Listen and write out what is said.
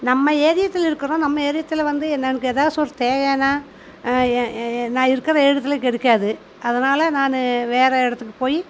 நம்ம ஏரியாத்துல இருக்கிறோம் நம்ம ஏரியாத்துல வந்து என்னன்னு கேட்டால் ஏதாச்சும் ஒரு தேவைன்னா நான் இருக்கிற இடத்துல கிடைக்காது அதனால நான் வேறு இடத்துக்கு போய்